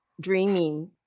dreaming